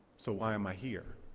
so why am i here?